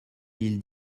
mille